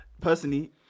Personally